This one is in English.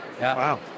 Wow